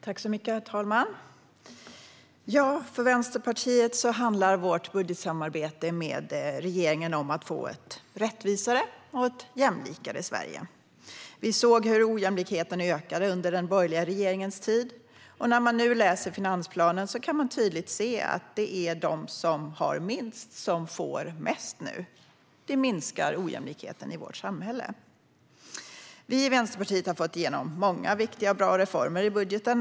Herr talman! För Vänsterpartiet handlar vårt budgetsamarbete med regeringen om att få ett rättvisare och jämlikare Sverige. Vi såg ojämlikheten öka under den borgerliga regeringens tid. När man nu läser finansplanen kan man tydligt se att det är de som har minst som får mest nu. Det minskar ojämlikheten i vårt samhälle. Vänsterpartiet har fått igenom många viktiga och bra reformer i budgeten.